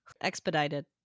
Expedited